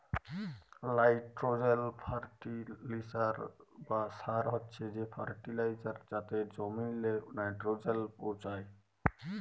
nitrogen fertiliser বা সার হছে সে ফার্টিলাইজার যাতে জমিল্লে লাইট্রোজেল পৌঁছায়